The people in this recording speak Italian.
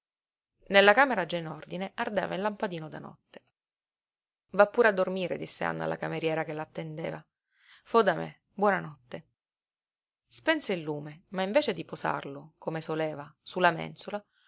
nella camera già in ordine ardeva il lampadino da notte va pure a dormire disse anna alla cameriera che la attendeva fo da me buona notte spense il lume ma invece di posarlo come soleva su la mensola